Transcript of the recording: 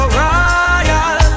royal